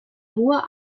hoher